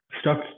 stuck